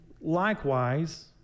likewise